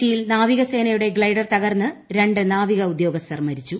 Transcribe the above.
കൊച്ചിയിൽ നാവികസേനയുടെ ഗ്ലൈഡർ തകർന്ന് രണ്ട് നാവിക ഉദ്യോഗസ്ഥർ മരിച്ചു